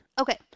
Okay